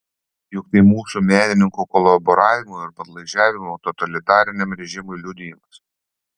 juk tai mūsų menininkų kolaboravimo ir padlaižiavimo totalitariniam režimui liudijimas